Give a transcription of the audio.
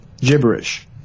gibberish